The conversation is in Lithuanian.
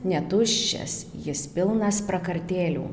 netuščias jis pilnas prakartėlių